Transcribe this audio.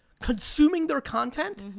consuming their content,